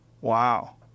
wow